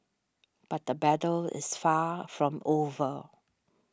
but the battle is far from over